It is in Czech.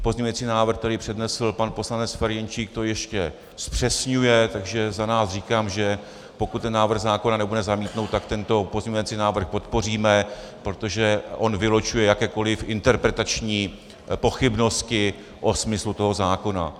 Pozměňovací návrh, který přednesl pan poslanec Ferjenčík, to ještě zpřesňuje, takže za nás říkám, že pokud ten návrh zákona nebude zamítnut, tak tento pozměňovací návrh podpoříme, protože vylučuje jakékoli interpretační pochybnosti o smyslu toho zákona.